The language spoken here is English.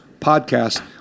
Podcast